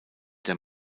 der